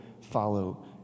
follow